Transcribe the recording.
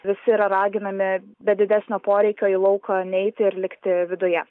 visi yra raginami be didesnio poreikio į lauką neiti ir likti viduje